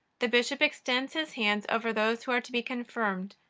the bishop extends his hands over those who are to be confirmed,